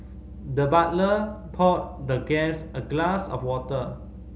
the butler poured the guest a glass of water